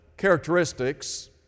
characteristics